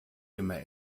immer